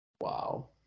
Wow